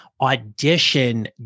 audition